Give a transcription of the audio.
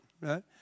right